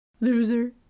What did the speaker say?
loser